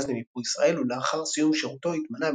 למיפוי ישראל ולאחר סיום שירותו התמנה,